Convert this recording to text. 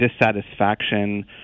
dissatisfaction